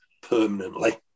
permanently